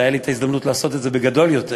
ואז הייתה לי ההזדמנות לעשות את זה בגדול יותר,